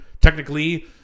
technically